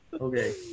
okay